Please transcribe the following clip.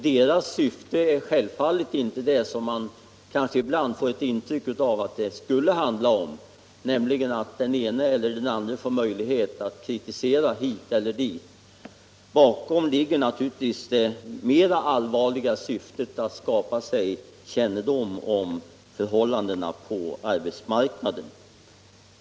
Deras syfte är självfallet inte — som man kanske ibland får ett intryck av att det skulle handla om — att den ena eller andra får möjlighet att kritisera hit eller dit. De har naturligtvis det mera allvarliga syftet att skapa kännedom om förhållandena på arbetsmarknaden.